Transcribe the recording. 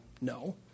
No